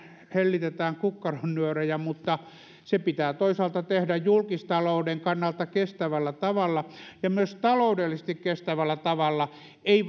hellitetään kukkaron nyörejä mutta se pitää toisaalta tehdä julkistalouden kannalta kestävällä tavalla ja myös taloudellisesti kestävällä tavalla ei